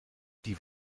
die